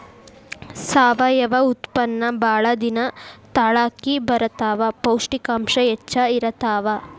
ಸಾವಯುವ ಉತ್ಪನ್ನಾ ಬಾಳ ದಿನಾ ತಾಳಕಿ ಬರತಾವ, ಪೌಷ್ಟಿಕಾಂಶ ಹೆಚ್ಚ ಇರತಾವ